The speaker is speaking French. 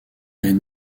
est